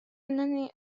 أني